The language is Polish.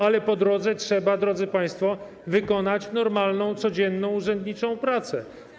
Ale po drodze trzeba, drodzy państwo, wykonać normalną, codzienną urzędniczą pracę.